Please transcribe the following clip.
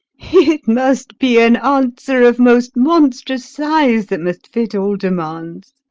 it must be an answer of most monstrous size that must fit all demands.